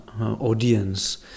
audience